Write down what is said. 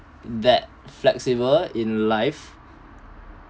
that flexible in life